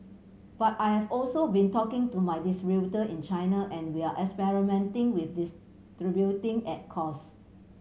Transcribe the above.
but I have also been talking to my distributor in China and we're experimenting with distributing at cost